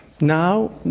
Now